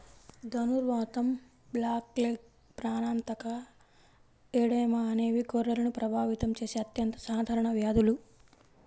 ధనుర్వాతం, బ్లాక్లెగ్, ప్రాణాంతక ఎడెమా అనేవి గొర్రెలను ప్రభావితం చేసే అత్యంత సాధారణ వ్యాధులు